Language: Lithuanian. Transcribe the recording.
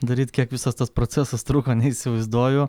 daryt kiek visas tas procesas truko neįsivaizduoju